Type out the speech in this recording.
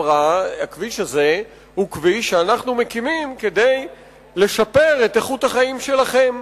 אמרה: הכביש הזה הוא כביש שאנחנו מקימים כדי לשפר את איכות החיים שלכם.